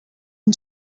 and